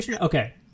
okay